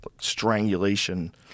Strangulation